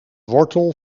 wortel